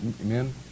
amen